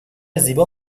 زیبا